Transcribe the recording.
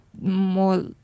more